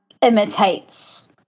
imitates